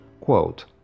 Quote